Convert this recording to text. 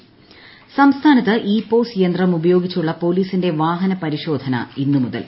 വാഹന പരിശോധന സംസ്ഥാനത്ത് ഇ പോസ് യന്ത്രം ഉപയോഗിച്ചുള്ള പോലീസിന്റെ വാഹന പരിശോധന ഇന്ന് മുതൽ